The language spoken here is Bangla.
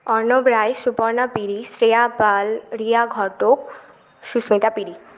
অর্ণব রায় সুপর্ণা পিড়ি শ্রেয়া পাল রিয়া ঘটক সুস্মিতা পিড়ি